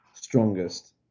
strongest